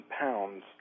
pounds